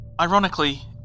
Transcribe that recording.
Ironically